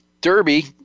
Derby